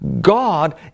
God